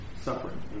suffering